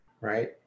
right